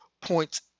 points